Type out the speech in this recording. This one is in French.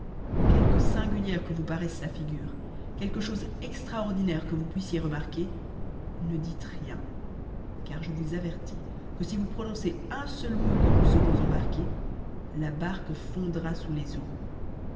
quelque singulière que vous paraisse sa figure quelque chose extraordinaire que vous puissiez remarquer ne dites rien car je vous avertis que si vous prononcez un seul mot quand nous serons embarqués la barque fondra sous les eaux